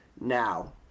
now